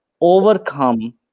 overcome